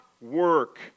work